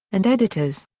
and editors.